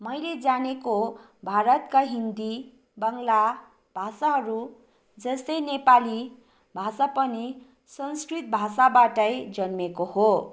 मैले जानेको भारतका हिन्दी बङ्गला भाषाहरू जस्तै नेपाली भाषा पनि संस्कृत भाषाबाटै जन्मिएको हो